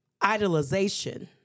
idolization